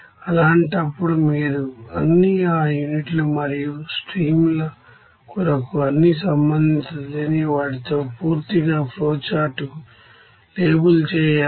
అలాంటప్పుడు మీరు అన్ని యూనిట్ లు మరియు స్ట్రీమ్ ల కొరకు అన్ని సంబంధిత తెలియని వాటితో పూర్తిగా ఫ్లోఛార్ట్ కు లేబుల్ చేయాలి